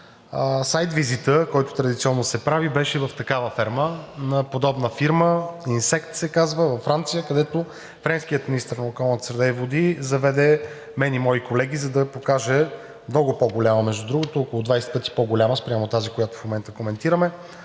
сайт визита, който традиционно се прави беше в такава ферма, на подобна фирма – „Инсект“ се казва във Франция, където френският министър на околната среда и водите заведе мен и мои колеги, за да покаже много по-голяма, между другото – около 20 пъти по-голяма спрямо тази, която в момента коментираме,